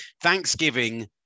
Thanksgiving